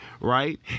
right